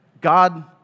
God